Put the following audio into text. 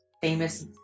famous